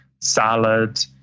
salad